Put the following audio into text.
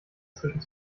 zwischen